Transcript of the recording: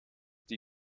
die